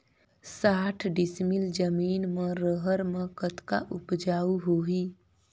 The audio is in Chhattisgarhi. साठ डिसमिल जमीन म रहर म कतका उपजाऊ होही?